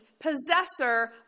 Possessor